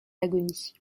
l’agonie